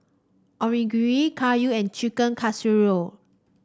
Onigiri Kayu and Chicken Casserole